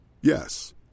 Yes